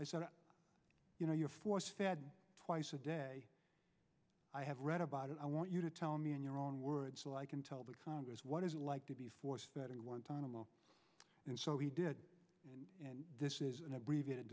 i said you know your force fed twice a day i have read about it i want you to tell me in your own words so i can tell the congress what is it like to be a force that in one time and so he did and this is an abbreviated